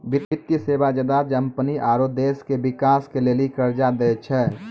वित्तीय सेवा ज्यादा कम्पनी आरो देश के बिकास के लेली कर्जा दै छै